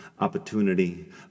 opportunity